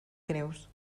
greus